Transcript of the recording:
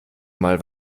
mal